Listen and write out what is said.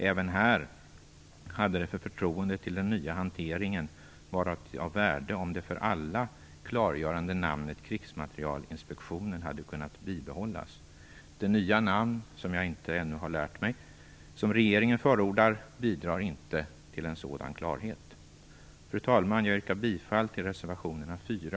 Även här hade det för förtroendet till den nya hanteringen varit av värde om det för alla klargörande namnet Krigsmaterielinspektionen hade kunnat bibehållas. Det nya namn som regeringen förordar, och som jag ännu inte lärt mig, bidrar inte till en sådan klarhet. Fru talman! Jag yrkar bifall till reservationerna 4